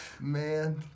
Man